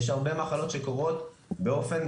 יש הרבה מחלות שקורות כשגרה.